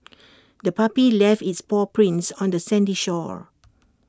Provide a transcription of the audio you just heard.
the puppy left its paw prints on the sandy shore